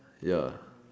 ya